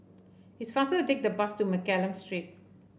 it's faster to take the bus to Mccallum Street